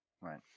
Right